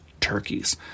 turkeys